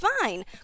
fine